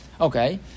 okay